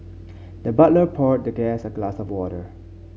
the butler poured the guest a glass of water